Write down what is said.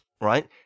right